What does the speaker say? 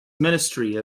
ministry